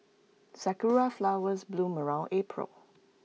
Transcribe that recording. Sakura Flowers bloom around April